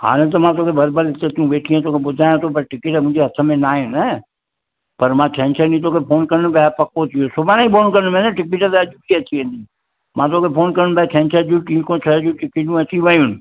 हाणे त मां तोखे हरु भरु हिते तूं वेठी आईं तोखे ॿुधायां थो पर टिकिट मुंहिंजे हथ में न आहे न पर मां छंछरु डींहुं तोखे फ़ोनु कंदुमि जॾहिं पको थी वियो सुभाणे ई फ़ोनु कंदोमांइ न टिकिट त अॼु बि अची वेंदी मां तोखे फ़ोनु कंदोमांइ छंछर जूं टीं खऊं छहें बजे जूं टिकेटियूं अची वयूं आहिनि